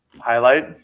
Highlight